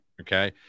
Okay